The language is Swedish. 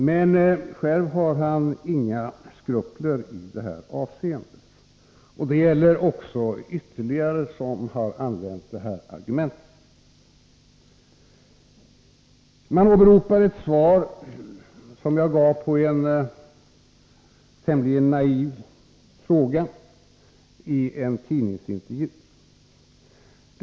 Men själv har han inga skrupler i det avseendet. Det gäller ytterligare några till som har använt detta argument. Man åberopar ett svar som jag gav på en tämligen naiv fråga i en tidningsintervju.